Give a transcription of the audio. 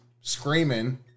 screaming